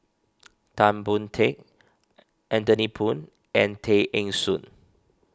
Tan Boon Teik Anthony Poon and Tay Eng Soon